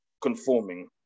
conforming